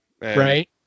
Right